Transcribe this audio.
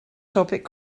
topic